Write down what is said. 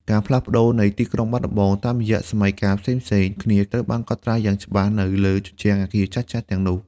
ការផ្លាស់ប្តូរនៃទីក្រុងបាត់ដំបងតាមរយៈសម័យកាលផ្សេងៗគ្នា ត្រូវបានកត់ត្រាយ៉ាងច្បាស់នៅលើជញ្ជាំងអគារចាស់ៗទាំងនោះ។